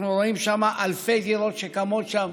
אנחנו רואים אלפי דירות שקמות שם.